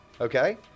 Okay